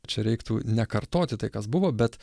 čia reiktų ne kartoti tai kas buvo bet